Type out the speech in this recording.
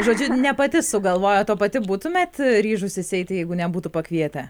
žodžiu ne pati sugalvojot o pati būtumėt ryžusis eiti jeigu nebūtų pakvietę